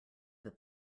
that